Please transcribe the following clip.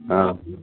ହଁ